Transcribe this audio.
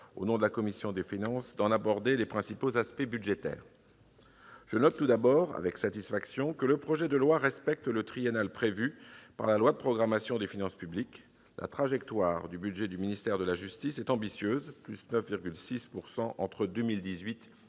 crédits de la mission « Justice », d'en évoquer les principaux aspects budgétaires. Je note tout d'abord avec satisfaction que le projet de loi respecte le triennal prévu par la loi de programmation des finances publiques. La trajectoire du budget du ministère de la justice est ambitieuse : elle prévoit une